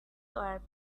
were